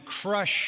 crush